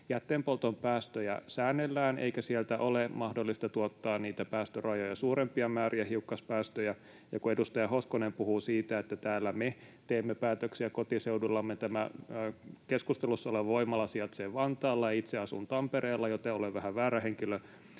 Jätteenpolton päästöjä säännellään, eikä sieltä ole mahdollista tuottaa niitä päästörajoja suurempia määriä hiukkaspäästöjä. Ja kun edustaja Hoskonen puhuu siitä, että täällä me teemme päätöksiä kotiseudullamme, niin tämä keskustelussa oleva voimala sijaitsee Vantaalla, itse asun Tampereella, joten olen vähän väärä henkilö